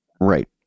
Right